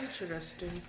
interesting